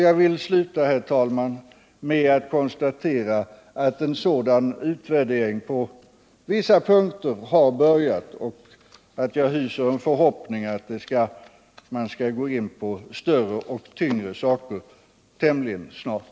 Jag vill sluta, herr talman, med att konstatera att en sådan utvärdering på vissa punkter har börjat och att jag hyser en förhoppning att man skall gå in på större och tyngre saker tämligen snart.